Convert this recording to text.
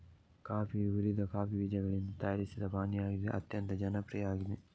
ಕಾಫಿಯು ಹುರಿದ ಕಾಫಿ ಬೀಜಗಳಿಂದ ತಯಾರಿಸಿದ ಪಾನೀಯವಾಗಿದ್ದು ಅತ್ಯಂತ ಜನಪ್ರಿಯ ಆಗಿದೆ